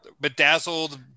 bedazzled